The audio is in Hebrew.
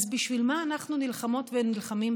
אז בשביל מה אנחנו נלחמות ונלחמים,